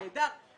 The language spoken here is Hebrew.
נהדר.